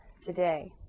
today